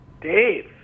Dave